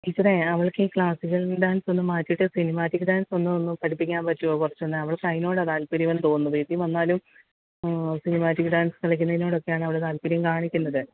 ടീച്ചറെ അവൾക്ക് ഈ ക്ലാസിക്കൽ ഡാൻസോന്ന് മാറ്റിയിട്ട് സിനിമാറ്റിക് ഡാൻസൊന്ന് ഒന്ന് പഠിപ്പിക്കാൻ പറ്റുവോ കുറച്ചൊന്ന് അവൾക്ക് അതിനോടാണ് താൽപര്യ എന്ന് തോന്നുന്നു വീട്ടിൽ വന്നാലും സിനിമാറ്റിക് ഡാൻസ് കളിക്കുന്നതിനോടൊക്കെയാണ് അവള് താൽപര്യം കാണിക്കുന്നത്